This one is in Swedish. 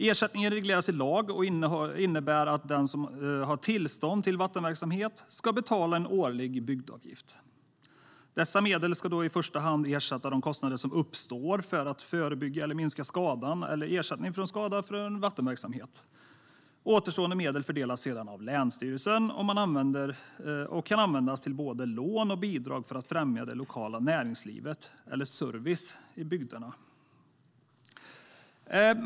Ersättningen regleras i lag och innebär att den som har tillstånd till vattenverksamhet ska betala en årlig bygdeavgift. Dessa medel ska i första hand ersätta de kostnader som uppstått för att förebygga eller minska skada eller ersättning för skada från vattenverksamheten. Återstående medel ska sedan fördelas av länsstyrelsen och kan användas till både lån och bidrag för att främja det lokala näringslivet eller service i bygden.